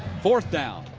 fourth down.